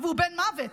הוא בן מוות.